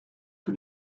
que